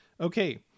Okay